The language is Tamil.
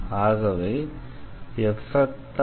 ஆகவே F